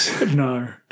No